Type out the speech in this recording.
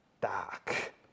dark